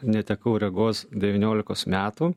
netekau regos devyniolikos metų